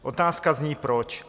Otázka zní proč.